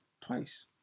twice